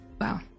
Wow